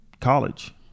college